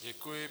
Děkuji.